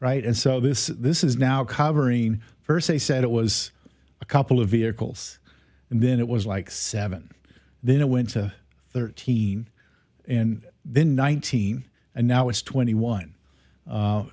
right and so this this is now covering first they said it was a couple of vehicles and then it was like seven then it went to thirteen and then nineteen and now it's twenty one